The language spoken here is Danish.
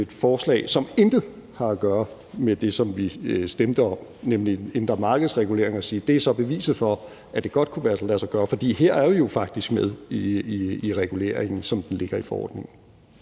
et forslag, som intet har at gøre med det, som vi stemte om, nemlig indre markedsregulering, og så sige, at det er beviset for, at det godt kunne lade sig gøre, for her er vi jo faktisk med i reguleringen, som den ligger i forordningen.